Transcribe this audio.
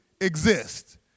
exist